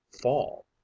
fall